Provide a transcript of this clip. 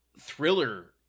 thriller